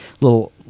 little